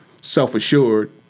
self-assured